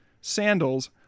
sandals